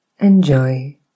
enjoy